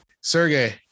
sergey